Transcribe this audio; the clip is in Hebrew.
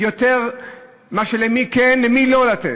יותר מאשר למי כן ולמי לא לתת.